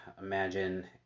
imagine